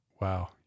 Wow